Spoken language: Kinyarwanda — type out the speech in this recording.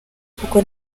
kuko